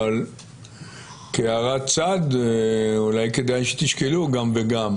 אבל כהערת צד אולי כדאי שתשקלו גם וגם.